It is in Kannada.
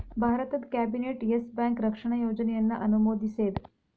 ಭಾರತದ್ ಕ್ಯಾಬಿನೆಟ್ ಯೆಸ್ ಬ್ಯಾಂಕ್ ರಕ್ಷಣಾ ಯೋಜನೆಯನ್ನ ಅನುಮೋದಿಸೇದ್